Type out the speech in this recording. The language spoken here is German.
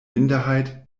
minderheit